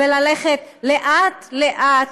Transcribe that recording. ללכת לאט-לאט